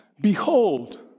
behold